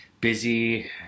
busy